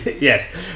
Yes